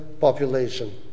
population